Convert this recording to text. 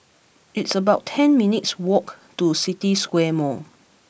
it's about ten minutes' walk to City Square Mall